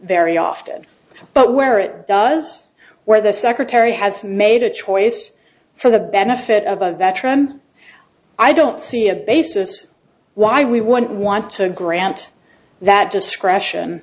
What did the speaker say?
very often but where it does where the secretary has made a choice for the benefit of a veteran i don't see a basis why we wouldn't want to grant that discretion